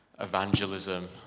evangelism